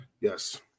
Yes